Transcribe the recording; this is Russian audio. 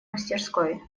мастерской